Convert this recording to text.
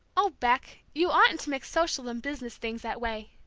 oh, beck, you oughtn't to mix social and business things that way!